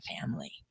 family